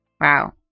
Wow